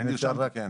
בסדר גמור.